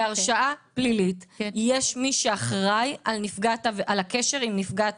בהרשאה פלילית יש מי שאחראי על הקשר עם נפגעת